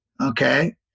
okay